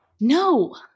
No